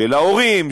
של ההורים,